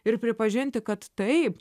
ir pripažinti kad taip